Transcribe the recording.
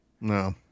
no